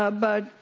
ah but,